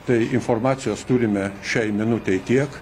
tai informacijos turime šiai minutei tiek